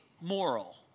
moral